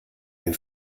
den